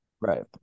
right